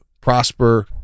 prosper